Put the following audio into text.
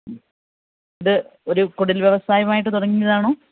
ഹമ് ഇത് ഒരു കുടിൽ വ്യവസായമായിട്ട് തുടങ്ങിയതാണോ